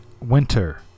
Winter